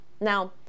Now